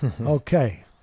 Okay